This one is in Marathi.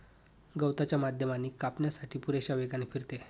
गवताच्या माध्यमाने कापण्यासाठी पुरेशा वेगाने फिरते